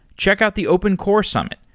check out the open core summit,